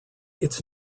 its